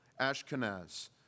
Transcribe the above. Ashkenaz